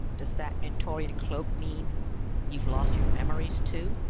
does that mentorian cloak mean you've lost your memories, too?